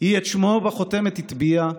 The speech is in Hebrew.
היא את שמו בחותמת הטביעה,